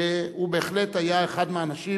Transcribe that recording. שהיה בהחלט אחד האנשים